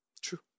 True